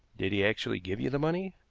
did he actually give you the money?